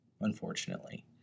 unfortunately